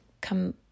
come